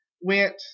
went